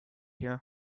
here